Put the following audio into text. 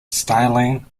styling